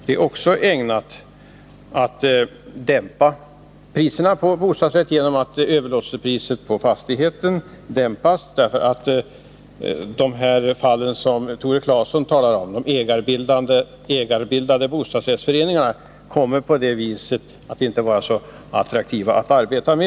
Det är också ägnat att dämpa priserna på bostadsrätter, eftersom överlåtelsepriset på fastigheten sänks. De företeelser som Tore Claeson talar om, de ägarbildade bostadsrättsföreningarna, kommer nämligen härigenom inte längre att vara så attraktiva att arbeta med.